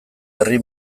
herri